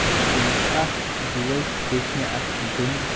بالکُل مےٚ چھِ اکھ بوے بیٚیہِ چھِ مےٚ اکھ بیٚنہِ